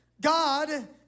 God